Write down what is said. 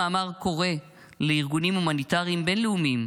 המאמר קורא לארגונים הומניטריים בין-לאומים